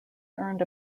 earned